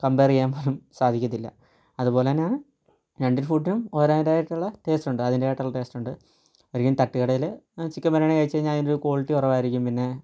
compare ചെയ്യാൻ പോലും സാധിക്കത്തില്ല അതുപോലെതന്നെയാണ് രണ്ട് ഫുഡിനും ഓരോ ഇതായിട്ടുള്ള ടേസ്റ്റുണ്ട് അതിൻറേതായിട്ടുള്ള ടേസ്റ്റുണ്ട് ഒരിക്കൽ തട്ടുകടേലെ ചിക്കൻ ബിരിയാണി കഴിച്ചാൽ അതിനൊരു ക്വാളിറ്റി കുറവായിരിക്കും പിന്നെ